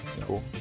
cool